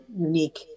unique